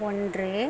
ஒன்று